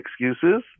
excuses